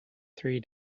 three